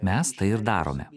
mes tai ir darome